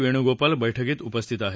वेणूगोपाल बैठकीत उपस्थित आहेत